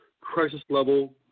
crisis-level